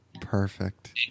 Perfect